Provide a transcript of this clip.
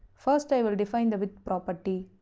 first i will define the width property.